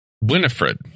Winifred